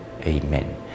Amen